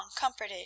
comforted